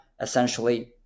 essentially